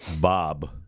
Bob